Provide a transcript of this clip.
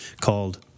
called